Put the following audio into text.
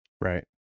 Right